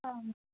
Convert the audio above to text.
ആ